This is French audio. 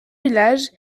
village